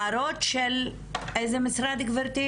הערות של איזה משרד גברתי?